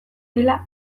dela